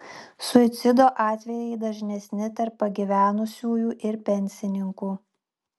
suicido atvejai dažnesni tarp pagyvenusiųjų ir pensininkų